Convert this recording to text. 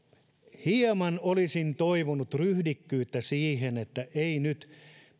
hieman olisin toivonut ryhdikkyyttä siihen että ei nyt